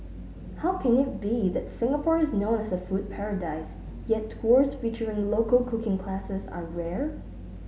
how can it be that Singapore is known as a food paradise yet tours featuring local cooking classes are rare